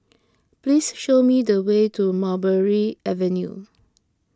please show me the way to Mulberry Avenue